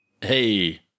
Hey